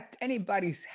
anybody's